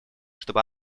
чтобы